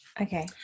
Okay